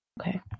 Okay